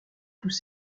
tous